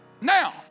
now